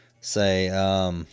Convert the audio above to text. say